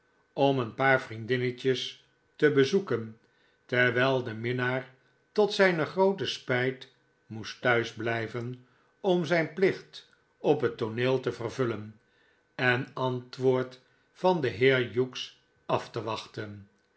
om een paar vriendinnetjes te bezoeken terwijl de minnaar tot zijne groote spijt moest thuis blijven om zijn plicht op het tooneel te vervullen en antwoord van den heer hughes af te wachten